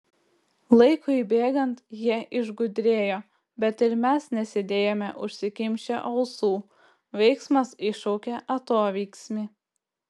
laikui bėgant jie išgudrėjo bet ir mes nesėdėjome užsikimšę ausų veiksmas iššaukia atoveiksmį